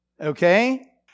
okay